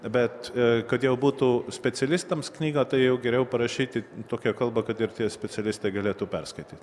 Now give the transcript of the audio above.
bet kad jau būtų specialistams knygą tai jau geriau parašyti tokia kalba kad ir tie specialistai galėtų perskaityt